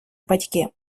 батьки